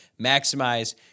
maximize